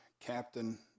captain